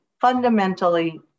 fundamentally